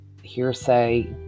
hearsay